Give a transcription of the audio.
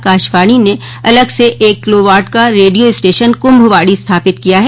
आकाशवाणी ने अलग से एक किलोवाट का रेडियो स्टेशन कुम्भवाणी स्थापित किया है